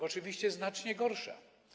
Oczywiście znacznie gorsza.